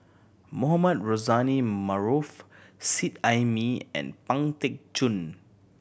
Mohamed Rozani Maarof Seet Ai Mee and Pang Teck Joon